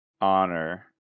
honor